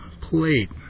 plate